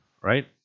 right